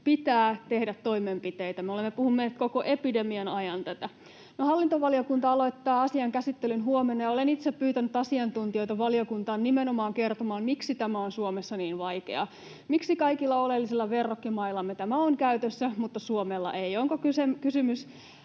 pitää tehdä toimenpiteitä. Me olemme puhuneet koko epidemian ajan tästä. No, hallintovaliokunta aloittaa asian käsittelyn huomenna, ja olen itse pyytänyt asiantuntijoita valiokuntaan nimenomaan kertomaan, miksi tämä on Suomessa niin vaikeaa. Miksi kaikilla oleellisilla verrokkimaillamme tämä on käytössä mutta Suomella ei? Onko kysymys